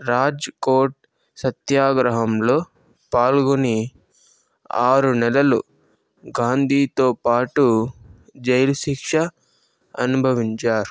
రాజ్కోట్ సత్యాగ్రహంలో పాల్గొని ఆరు నెలలు గాంధీతో పాటు జైలు శిక్ష అనుభవించారు